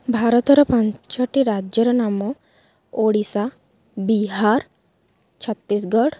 ଭାରତର ପାଞ୍ଚଟି ରାଜ୍ୟର ନାମ ଓଡ଼ିଶା ବିହାର ଛତିଶଗଡ଼